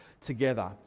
together